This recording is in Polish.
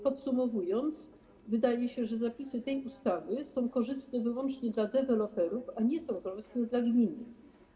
Podsumowując, wydaje się, że zapisy tej ustawy są korzystne wyłącznie dla deweloperów, a nie są korzystne dla gminy.